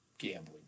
gambling